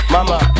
Mama